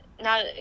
Now